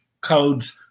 codes